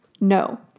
No